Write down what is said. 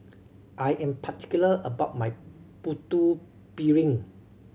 I am particular about my Putu Piring